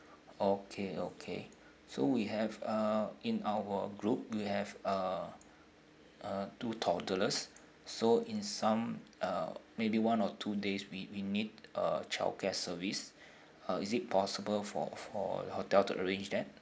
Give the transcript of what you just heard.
okay okay so we have uh in our group we'll have uh uh two toddlers so in some uh maybe one or two days we we need a childcare service uh is it possible for for hotel to arrange that